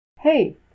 Hey